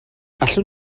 allwn